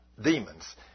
Demons